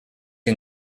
que